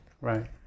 Right